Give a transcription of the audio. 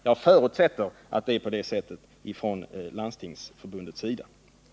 Jag förutsätter att det är på det sättet från Landstingsförbundets sida.